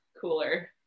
cooler